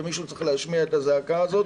ומישהו צריך להשמיע את הזעקה הזאת.